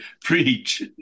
preach